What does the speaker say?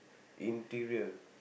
interior